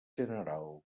general